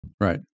Right